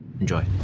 Enjoy